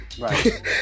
right